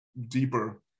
deeper